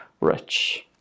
rich